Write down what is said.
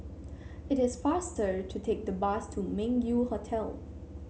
it is faster to take the bus to Meng Yew Hotel